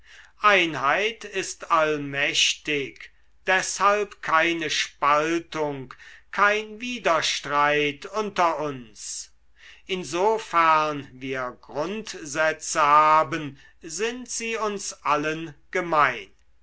einheit ist allmächtig deshalb keine spaltung kein widerstreit unter uns insofern wir grundsätze haben sind sie uns allen gemein